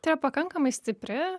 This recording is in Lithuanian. tai yra pakankamai stipri